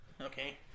Okay